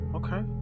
okay